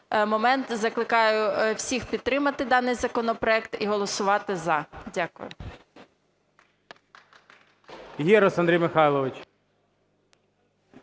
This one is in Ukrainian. момент закликаю всіх підтримати даний законопроект і голосувати "за". Дякую.